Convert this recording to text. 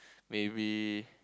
maybe